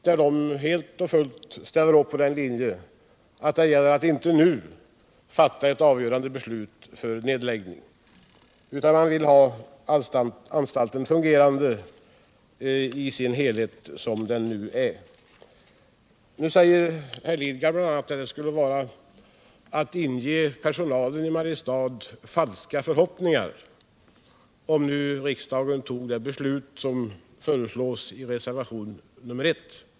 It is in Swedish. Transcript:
De ställer helt och fullt upp på den linjen att man inte nu skall fatta ett avgörande beslut om nedläggning. Man vill att anstalten skall fungera i sin helhet som den nu är. Bertil Lidgard säger att det skulle vara att inge personalen i Mariestad falska förhoppningar om riksdagen fattade det beslut som föreslås i reservationen 1.